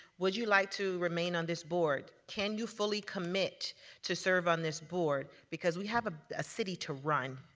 would you like to remain on this board. can you fully commit to serve on this board. because we have a ah city to run.